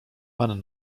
pan